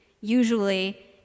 usually